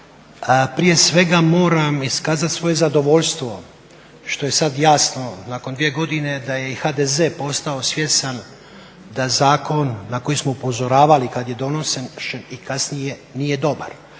Prije svega moram iskazati svoje zadovoljstvo što je sada jasno nakon dvije godine da je i HDZ postao svjestan da zakon na koji smo upozoravali kad je donesen i kasnije nije dobar